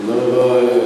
תודה רבה,